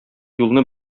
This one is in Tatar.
юлны